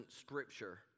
scripture